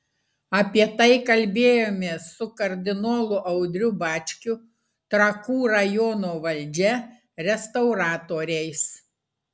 apie tai kalbėjomės su kardinolu audriu bačkiu trakų rajono valdžia restauratoriais